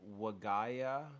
Wagaya